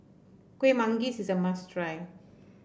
Kuih Manggis is a must try